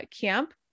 camp